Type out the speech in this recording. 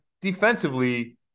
defensively